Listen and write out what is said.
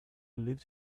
lived